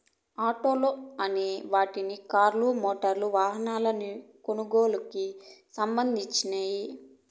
auto లోన్లు అనే వాటిని కార్లు, మోటారు వాహనాల కొనుగోలుకి సంధించినియ్యి